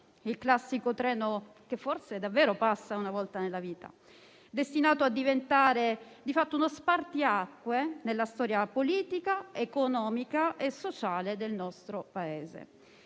il classico treno che forse davvero passa una volta nella vita, destinato a diventare di fatto uno spartiacque nella storia politica, economica e sociale del nostro Paese.